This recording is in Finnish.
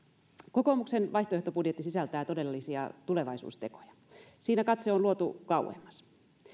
kokoomuksen vaihtoehtobudjetti sisältää todellisia tulevaisuustekoja siinä katse on luotu kauemmas